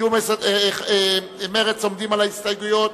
מרצ עומדים על ההסתייגויות?